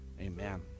Amen